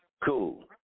cool